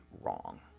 wrong